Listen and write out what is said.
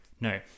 No